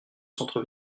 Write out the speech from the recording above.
centre